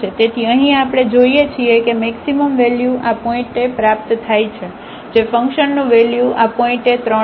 તેથી અહીં આપણે જોઈએ છીએ કે મેક્સિમમ વેલ્યુ આ પોઇન્ટએ પ્રાપ્ત થાય છે 1 0 જે ફંકશનનું વેલ્યુ આ પોઇન્ટએ 3 છે